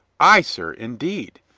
ay, sir, indeed.